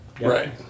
Right